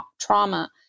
trauma